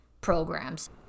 programs